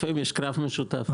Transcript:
לפעמים יש קרב משותף.